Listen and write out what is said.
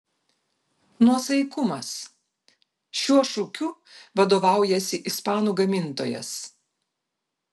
nuosaikumas šiuo šūkiu vadovaujasi ispanų gamintojas